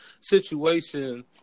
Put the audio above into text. situation